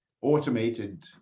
automated